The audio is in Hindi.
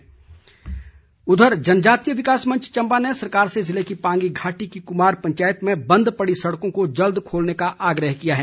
विकास मंच जनजातीय विकास मंच चंबा ने सरकार से जिले की पांगी घाटी की कुमार पंचायत में बंद पड़ी सड़कों को जल्द खोलने का आग्रह किया है